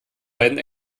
beiden